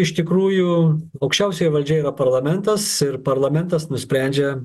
iš tikrųjų aukščiausioji valdžia yra parlamentas ir parlamentas nusprendžia